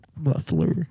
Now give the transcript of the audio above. muffler